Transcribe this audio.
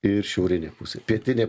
ir šiaurinė pusė pietinė